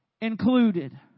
included